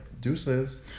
deuces